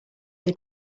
they